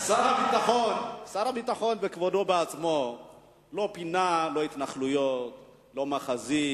שר הביטחון בכבודו ובעצמו לא פינה לא התנחלויות ולא מאחזים.